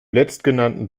letztgenannten